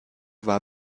war